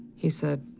he said,